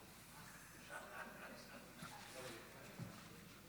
חבריי חברי הכנסת.